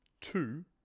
Two